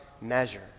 measure